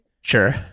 Sure